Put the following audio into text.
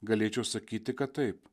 galėčiau sakyti kad taip